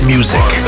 Music